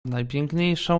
najpiękniejszą